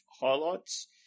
highlights